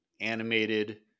animated